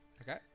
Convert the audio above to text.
Okay